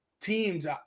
teams